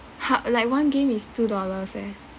ha like one game is two dollars eh